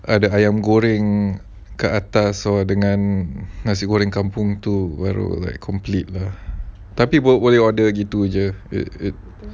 ada ayam goreng hmm kat atas sebab dengan nasi goreng kampung tu baru like complete bah tapi ayam boleh order begitu jer